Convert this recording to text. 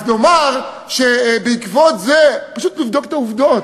אז לומר שבעקבות זה, פשוט לבדוק את העבודות.